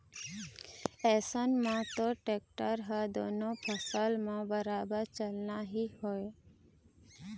अइसन म तोर टेक्टर ह दुनों फसल म बरोबर चलना ही हवय